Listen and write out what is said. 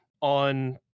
on